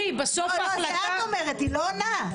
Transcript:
זה את אומרת, היא לא עונה.